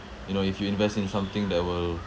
you know if you invest in something that will